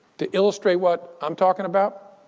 to illustrate what i'm talking about,